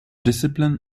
discipline